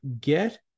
get